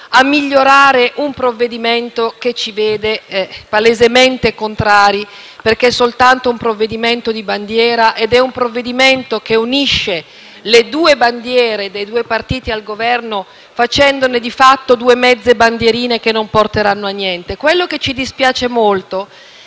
a migliorare un testo che ci vede palesemente contrari, perché si tratta soltanto di un provvedimento di bandiera, un provvedimento che unisce le due bandiere dei due partiti al Governo facendone, di fatto, due mezze bandierine che non porteranno a niente. Quello che ci dispiace molto